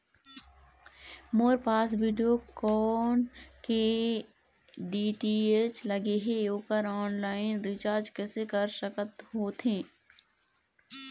मोर पास वीडियोकॉन के डी.टी.एच लगे हे, ओकर ऑनलाइन रिचार्ज कैसे कर सकत होथे?